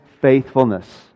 faithfulness